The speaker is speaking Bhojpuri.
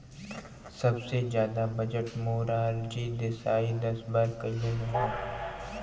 सबसे जादा बजट मोरारजी देसाई दस बार कईले रहलन